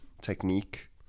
technique